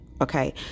Okay